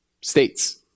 states